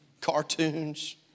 cartoons